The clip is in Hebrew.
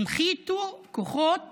הנחיתו כוחות